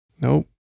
nope